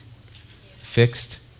Fixed